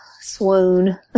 swoon